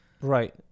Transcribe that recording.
right